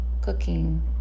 cooking